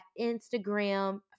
instagram